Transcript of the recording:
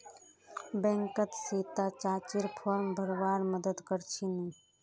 बैंकत सीता चाचीर फॉर्म भरवार मदद कर छिनु